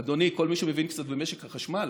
אדוני, כל מי שמבין קצת במשק החשמל